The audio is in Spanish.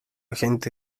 gente